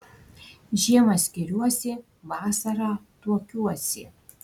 žiemą skiriuosi vasarą tuokiuosi